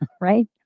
right